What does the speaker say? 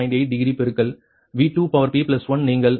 8 degree பெருக்கல் V2p1 நீங்கள் V2 வைக்கும் இடத்தில்